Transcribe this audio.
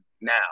now